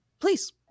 Please